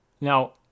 Now